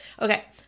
Okay